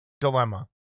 dilemma